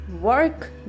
Work